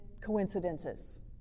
coincidences